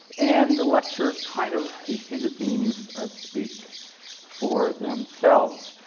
and the lectures kind of you see the themes ah speak for themselves.